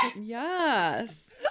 Yes